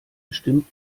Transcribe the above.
bestimmt